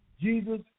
Jesus